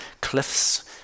cliffs